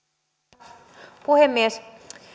arvoisa puhemies